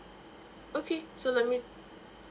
okay so let me